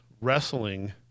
wrestling